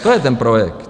To je ten projekt.